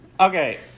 Okay